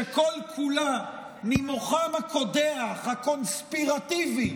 שכל-כולה ממוחם הקודח הקונספירטיבי